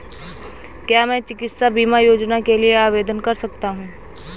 क्या मैं चिकित्सा बीमा योजना के लिए आवेदन कर सकता हूँ?